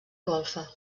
golfa